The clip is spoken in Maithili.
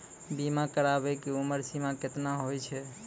बीमा कराबै के उमर सीमा केतना होय छै?